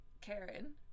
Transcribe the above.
Karen